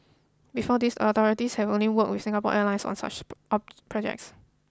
before this the authorities have only worked with Singapore Airlines on such projects